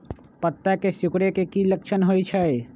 पत्ता के सिकुड़े के की लक्षण होइ छइ?